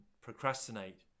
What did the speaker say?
procrastinate